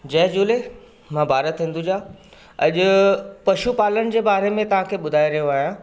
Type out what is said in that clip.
जय झूले मां भारत हिंदुजा अॼु पशुपालनि जे बारे में तव्हांखे ॿुधाए रहियो आहियां